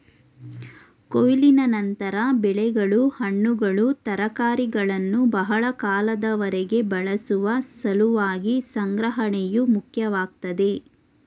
ಕೊಯ್ಲಿನ ನಂತರ ಬೆಳೆಗಳು ಹಣ್ಣುಗಳು ತರಕಾರಿಗಳನ್ನು ಬಹಳ ಕಾಲದವರೆಗೆ ಬಳಸುವ ಸಲುವಾಗಿ ಸಂಗ್ರಹಣೆಯು ಮುಖ್ಯವಾಗ್ತದೆ